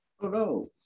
Hello